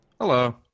Hello